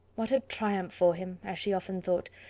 what a triumph for him, as she often thought,